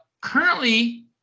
currently